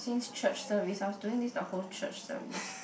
since church service I was doing this the whole church service